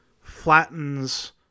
flattens